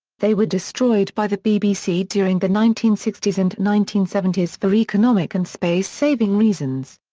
they were destroyed by the bbc during the nineteen sixty s and nineteen seventy s for economic and space-saving reasons.